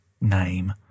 name